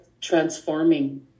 transforming